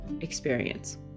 experience